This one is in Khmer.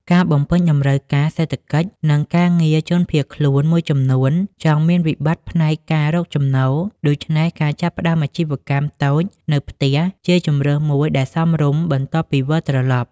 ការបំពេញតំរូវការសេដ្ឋកិច្ច និងការងារជនភៀសខ្លួនមួយចំនួនចង់មានវិបត្តិផ្នែកការរកចំណូល ដូច្នេះការចាប់ផ្តើមអាជីវកម្មតូចនៅផ្ទះជាជម្រើសមួយដែលសមរម្យ បន្ទាប់ពីវិលត្រឡប់។